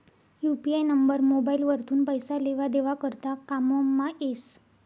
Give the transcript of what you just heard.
UPI number mobile वरथून पैसा लेवा देवा करता कामंमा येस